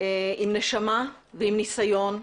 עם נשמה ועם ניסיון.